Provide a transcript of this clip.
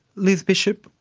liz bishop,